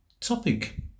Topic